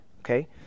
Okay